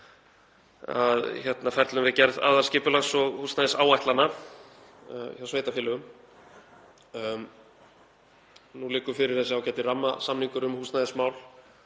að ferlum við gerð aðalskipulags og húsnæðisáætlana hjá sveitarfélögum. Nú liggur fyrir þessi ágæti rammasamningur um húsnæðismál.